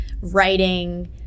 writing